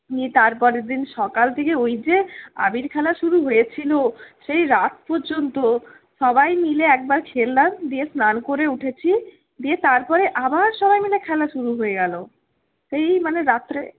নিয়ে তার পরের দিন সকাল থেকে ওই যে আবির খেলা শুরু হয়েছিলো সেই রাত পর্যন্ত সবাই মিলে একবার খেললাম দিয়ে স্নান করে উঠেছি দিয়ে তারপরে আবার সবাই মিলে খেলা শুরু হয়ে গেলো সেই মানে রাত্রে